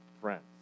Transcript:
friends